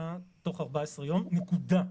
המלצתה תוך 14 יום, נקודה.